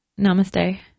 Namaste